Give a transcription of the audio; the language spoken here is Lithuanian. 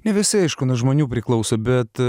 ne visai aišku nuo žmonių priklauso bet